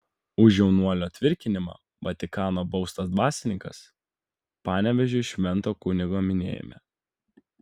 už jaunuolio tvirkinimą vatikano baustas dvasininkas panevėžiui švento kunigo minėjime